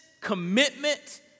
commitment